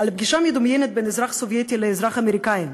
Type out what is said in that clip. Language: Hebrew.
על פגישה מדומיינת בין אזרח סובייטי לאזרח אמריקני,